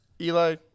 Eli